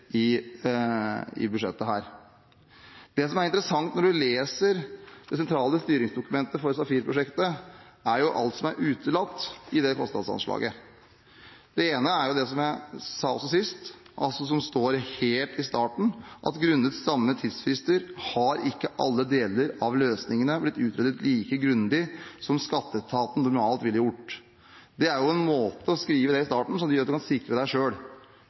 i budsjettet. Det som er interessant når man leser det sentrale styringsdokumentet for SAFIR-prosjektet, er alt som er utelatt i det kostnadsanslaget. Det ene er jo det som jeg sa også sist, som står helt i starten: «Grunnet stramme tidsfrister har ikke alle deler av løsningene blitt utredet like grundig som Skatteetaten normalt ville ha gjort.» Det er jo en måte å skrive det på i starten som gjør at man kan sikre